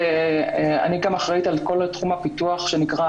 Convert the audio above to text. אני גם אחראית על כל תחום הפיתוח שנקרא